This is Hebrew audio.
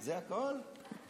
זה הכול?